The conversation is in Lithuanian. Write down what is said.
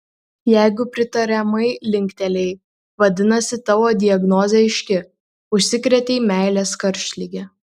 jeigu pritariamai linktelėjai vadinasi tavo diagnozė aiški užsikrėtei meilės karštlige